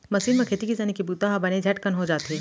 machine म खेती किसानी के काम बूता ह बने झटकन हो जाथे